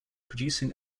producing